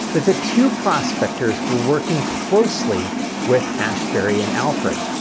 that the two prospectors were working closely with asbury and alfred,